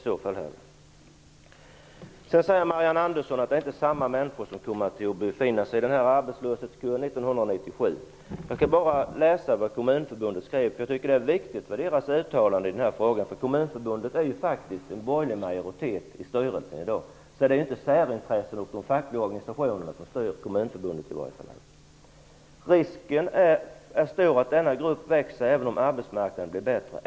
Sedan säger Marianne Andersson att det inte är samma människor som kommer att befinna sig i arbetslöshetskön 1997. Jag skall bara läsa ett stycke ur en skrivelse från Kommunförbundet. Deras uttalande i den här frågan är viktigt, därför att Kommunförbundets styrelse har i dag en borgerlig majoritet. Det är alltså inte särintressena och de fackliga organisationerna som styr Kommunförbundet. Man skriver: ''Risken är stor att denna grupp växer även om arbetsmarknaden blir bättre.